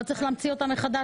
לא צריך להמציא אותם מחדש.